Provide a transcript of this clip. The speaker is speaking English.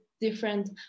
different